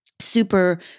super